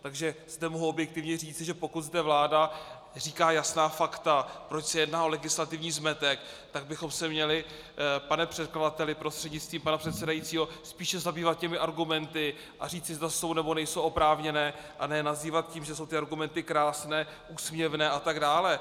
Takže zde mohu objektivně říci, že pokud zde vláda říká jasná fakta, proč se jedná o legislativní zmetek, tak bychom se měli, pane předkladateli prostřednictvím pana předsedajícího, spíše zabývat těmi argumenty a říci, zda jsou, nebo nejsou oprávněné, a ne nazývat tím, že jsou ty argumenty krásné, úsměvné atd.